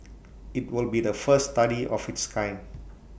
IT will be the first study of its kind